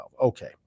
Okay